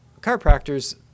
Chiropractors